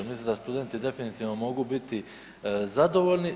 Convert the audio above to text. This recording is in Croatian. Mislim da studenti definitivno mogu biti zadovoljni.